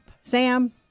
Sam